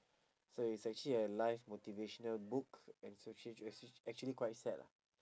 so is actually a life motivational book and actua~ actua~ actually quite sad lah